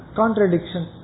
contradiction